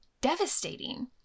devastating